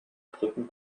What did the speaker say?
brücken